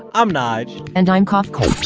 i'm nyge and i'm, kind of